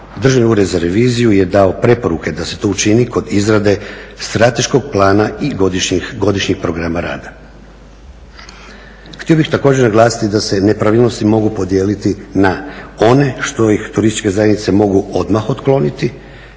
Državni ured za reviziju je dao preporuke da se to učini kod izrade strateškog plana i godišnjih programa rada. Htio bih također naglasiti da se nepravilnosti mogu podijeliti na one što ih turističke zajednice mogu odmah otkloniti